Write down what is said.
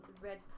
Red